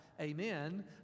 amen